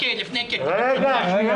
מה --- כדי